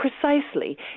precisely